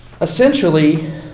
essentially